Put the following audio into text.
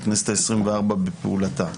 ה-24 בפעולתה.